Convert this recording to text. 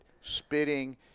spitting